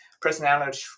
personality